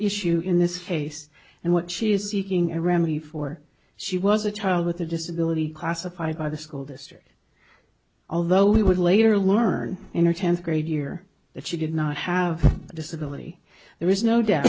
issue in this case and what she is seeking a remedy for she was a child with a disability classified by the school district although we would later learn in our tenth grade year that she did not have a disability there is no doubt